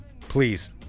Please